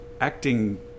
acting